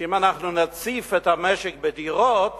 שאם אנחנו נציף את המשק בדירות